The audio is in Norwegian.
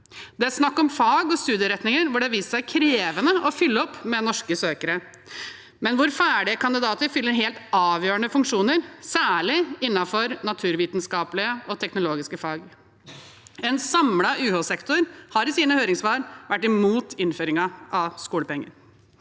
Det er snakk om fag og studieretninger hvor det har vist seg krevende å fylle opp med norske søkere, men hvor ferdige kandidater fyller helt avgjørende funksjoner, særlig innenfor naturvitenskapelige og teknologiske fag. En samlet UH-sektor har i sine høringssvar vært imot innføringen av skolepenger.